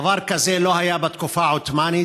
דבר כזה לא היה בתקופה העות'מאנית,